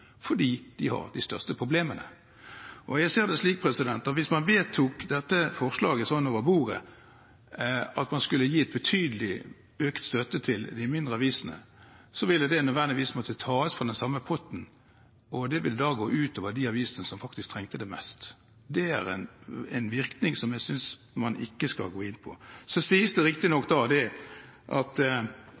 fordi de har de største problemene. Jeg ser det slik at hvis man sånn over bordet vedtok dette forslaget om å gi betydelig økt støtte til de mindre avisene, ville det nødvendigvis måtte tas fra den samme potten. Det vil da gå utover de avisene som faktisk trenger det mest. Det er en virkning jeg synes man ikke skal gå inn på. Det sies riktignok i innleggene her at det forutsetter en økning i produksjonstilskuddet for å få dette til. Ja, det